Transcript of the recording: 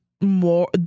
more